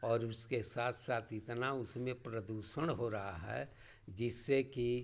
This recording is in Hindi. और उसके साथ साथ इतना उसमें प्रदूशण हो रहा है जिससे कि